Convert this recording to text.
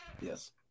yes